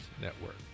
Network